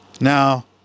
Now